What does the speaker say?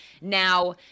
Now